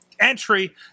Entry